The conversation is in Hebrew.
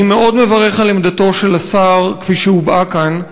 אני מאוד מברך על עמדתו של השר, כפי שהובעה כאן,